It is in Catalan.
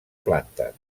plantes